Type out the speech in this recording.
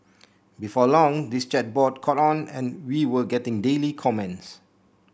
before long this chat board caught on and we were getting daily comments